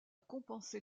compenser